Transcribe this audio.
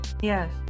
yes